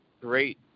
great